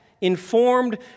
informed